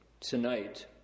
tonight